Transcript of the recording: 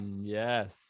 Yes